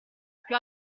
più